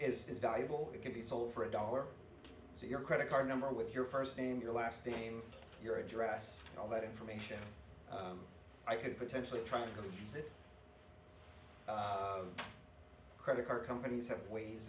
number is valuable it can be sold for a dollar so your credit card number with your first name your last name your address all that information i could potentially try to get credit card companies have ways